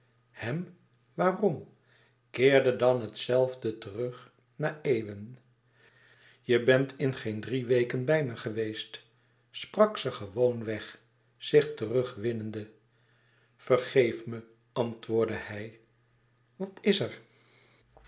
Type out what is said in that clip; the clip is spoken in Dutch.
hem waarom keerde dan het zelfde terug na eeuwen je bent in geen drie weken bij me geweest sprak ze gewoon weg zich terugwinnende vergeef me antwoordde hij wat was er